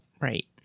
Right